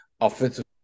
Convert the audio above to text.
offensive